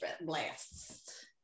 blasts